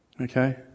Okay